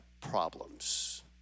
problems